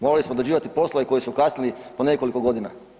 Morali smo odrađivati poslove koji su kasnili po nekoliko godina.